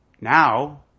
now